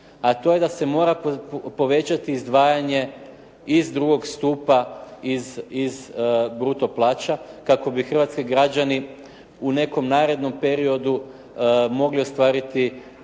A to je da se mora povećati izdvajanje iz drugog stupa iz bruto plaća kako bi hrvatski građani u nekom narednom periodu mogli ostvariti